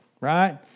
right